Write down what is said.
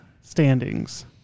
standings